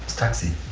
taxi.